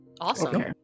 awesome